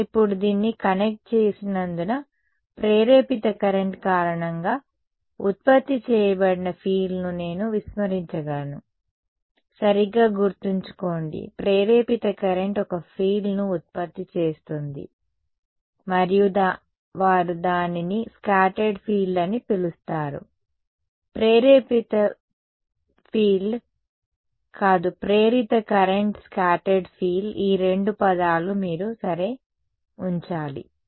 నేను ఇప్పుడు దీన్ని కనెక్ట్ చేసినందున ప్రేరేపిత కరెంట్ కారణంగా ఉత్పత్తి చేయబడిన ఫీల్డ్ను నేను విస్మరించగలను సరిగ్గా గుర్తుంచుకోండి ప్రేరేపిత కరెంట్ ఒక ఫీల్డ్ను ఉత్పత్తి చేస్తుంది మరియు వారు దానిని స్కాటర్డ్ ఫీల్డ్ అని పిలుస్తారు ప్రేరిత ఫీల్డ్ కాదు ప్రేరిత కరెంట్ స్కాటర్డ్ ఫీల్డ్ ఈ రెండు పదాలు మీరు సరే ఉంచాలి